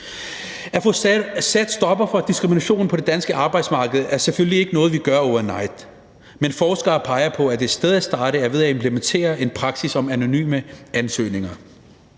At få sat en stopper for diskrimination på det danske arbejdsmarked er selvfølgelig ikke noget, vi gør over night. Men forskere peger på, at et sted at starte er ved at implementere en praksis om anonyme ansøgninger.